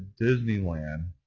Disneyland